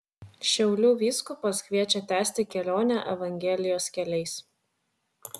šiaulių vyskupas kviečia tęsti kelionę evangelijos keliais